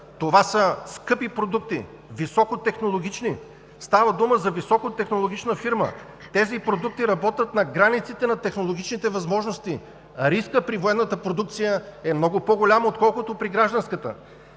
са скъпи продукти, високотехнологични, става дума за високотехнологична фирма. Тези продукти работят на границите на технологичните възможности. Рискът при военната продукция е много по-голям, отколкото при гражданската.